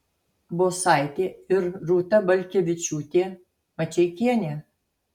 bosaitė ir rūta balkevičiūtė mačeikienė